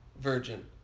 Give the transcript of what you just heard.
Virgin